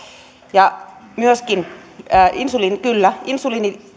ja myöskin kyllä insuliinit